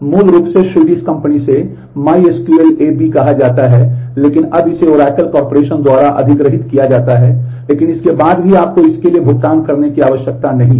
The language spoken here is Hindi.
इसलिए ये गैर कमर्शियल कहा जाता है लेकिन अब इसे ओरेकल कॉर्पोरेशन द्वारा अधिग्रहित किया जाता है लेकिन इसके बाद भी आपको इसके लिए भुगतान करने की आवश्यकता नहीं है